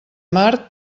mar